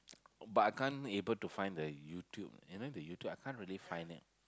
but I can't able find the YouTube you know the YouTube I can't really find it